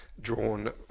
drawn